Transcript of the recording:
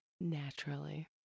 Naturally